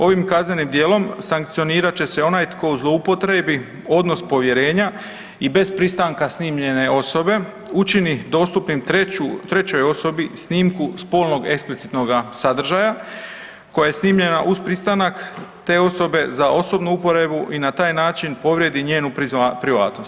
Ovim kaznenim djelom sankcionirat će se onaj tko zloupotrijebi odnos povjerenja i bez pristanka snimljene osobe učiniti dostupnim trećoj osobi snimku spolnog eksplicitnoga sadržaja koja je snimljena uz pristanak te osobe za osobnu uporabu i na taj način povrijedi njenu privatnost.